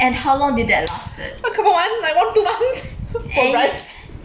and how long did that lasted